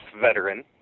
veteran